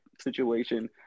situation